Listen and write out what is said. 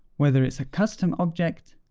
whether it's a custom object,